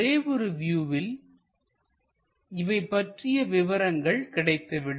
ஒரே ஒரு வியூவில் இவை பற்றிய விவரங்கள் கிடைத்துவிடும்